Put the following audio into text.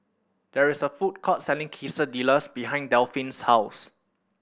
there is a food court selling Quesadillas behind Delphine's house